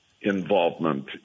involvement